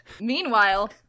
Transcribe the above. Meanwhile